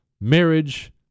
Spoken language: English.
marriage